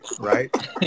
right